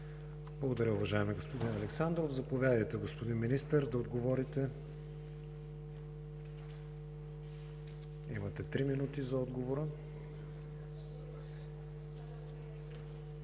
Благодаря Ви, уважаеми господин Александров. Заповядайте, господин Министър, да отговорите – имате три минути за отговора. МИНИСТЪР